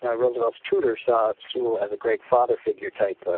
and roosevelt's tutor said sewall has a great father-figure type